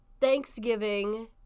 Thanksgiving